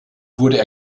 wurde